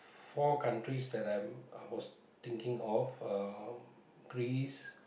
four countries that I'm I was thinking of um Greece